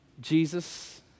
Jesus